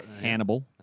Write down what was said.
Hannibal